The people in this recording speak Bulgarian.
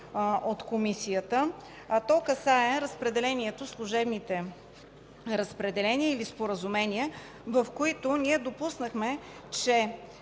от Комисията, а то касае служебните разпределения или споразумения, в които ние допуснахме, че